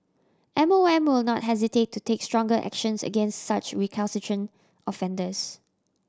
M O M will not hesitate to take stronger actions against such recalcitrant offenders